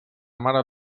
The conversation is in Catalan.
mare